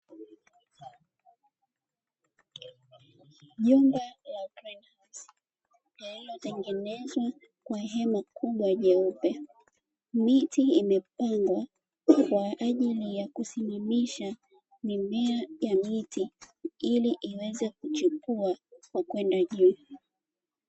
Jumba la upendo lililotengenezwa kwa hema kubwa ya jeupe, miti imepangwa kwa ajili ya kusimamisha mimea ya miti ili iweze kuchipua kwa kwenda juu.